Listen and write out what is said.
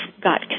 got